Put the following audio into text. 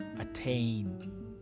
attain